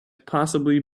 possibly